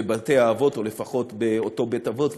בבתי-האבות או לפחות באותו בית-אבות,